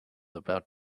about